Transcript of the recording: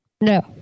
No